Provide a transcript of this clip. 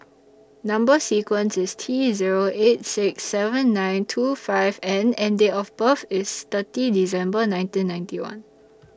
Number sequence IS T Zero eight six seven nine two five N and Date of birth IS thirty December nineteen ninety one